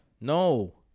No